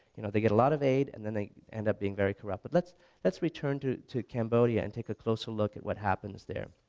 you know they get a lot of aid and then they end up being very corrupt but let's let's return to to cambodia and take a closer look at what happens there.